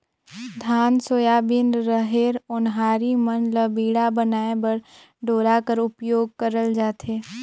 धान, सोयाबीन, रहेर, ओन्हारी मन ल बीड़ा बनाए बर डोरा कर उपियोग करल जाथे